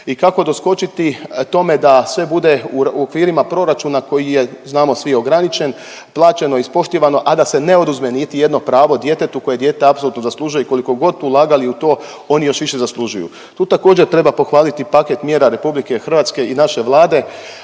i kako doskočiti tome da sve bude u okvirima proračuna koji je znamo svi ograničen, plaćeno ispoštivano, a da se ne oduzme niti jedno pravo djetetu koje dijete apsolutno zaslužuje i koliko god ulagali u to oni još više zaslužuju. Tu također treba pohvaliti paket mjera RH i naše Vlade